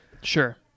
Sure